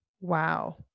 Wow